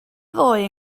ddoe